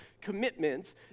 commitments